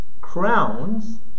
crowns